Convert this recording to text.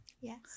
yes